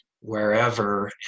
wherever